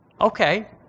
okay